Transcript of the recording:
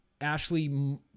Ashley